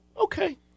okay